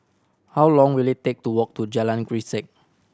how long will it take to walk to Jalan Grisek